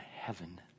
heaven